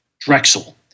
Drexel